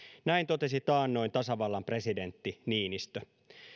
näin totesi taannoin tasavallan presidentti niinistö